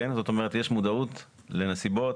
כלומר יש מודעות לנסיבות,